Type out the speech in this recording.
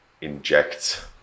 injects